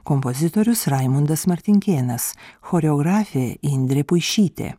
kompozitorius raimundas martinkėnas choreografė indrė puišytė